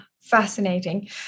fascinating